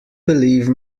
believe